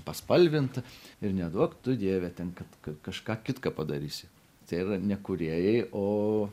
paspalvinta ir neduok tu dieve ten kad kažką kitką padarysi tai yra ne kūrėjai o